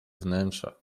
wnętrza